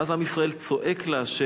ואז עם ישראל צועק לה',